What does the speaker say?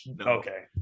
okay